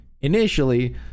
Initially